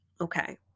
Okay